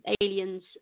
aliens